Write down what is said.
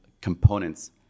components